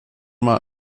mal